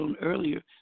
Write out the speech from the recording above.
earlier